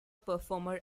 performer